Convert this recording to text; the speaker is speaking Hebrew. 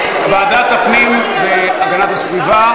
ועדת הפנים והגנת הסביבה,